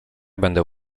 będę